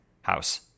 house